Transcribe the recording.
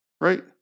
right